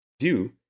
view